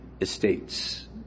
estates